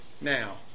now